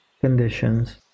conditions